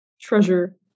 treasure